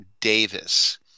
Davis